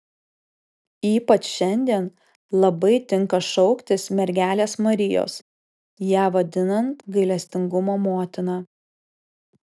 ypač šiandien labai tinka šauktis mergelės marijos ją vadinant gailestingumo motina